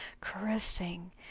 caressing